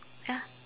ya